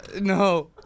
No